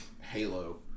Halo